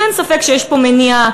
שאין ספק שיש פה מניעה,